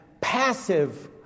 passive